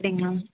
அப்படிங்களா